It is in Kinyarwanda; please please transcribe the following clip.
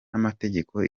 n’amategeko